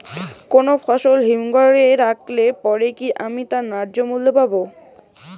কোনো ফসল হিমঘর এ রাখলে পরে কি আমি তার ন্যায্য মূল্য পাব?